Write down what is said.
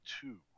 two